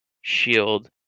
shield